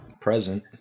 Present